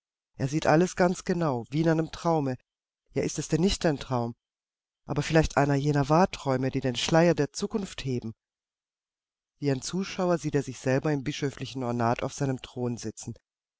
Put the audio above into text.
er sieht alles ganz genau wie in einem traume ja ist es denn nicht ein traum aber vielleicht einer jener wahrträume die den schleier der zukunft heben wie ein zuschauer sieht er sich selber im bischöflichen ornat auf seinem throne sitzen